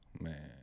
man